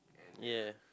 ya